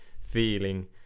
feeling